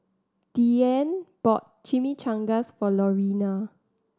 Deanne bought Chimichangas for Lorena